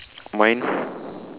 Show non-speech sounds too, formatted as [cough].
mine [breath]